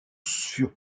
furent